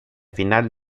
final